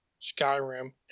Skyrim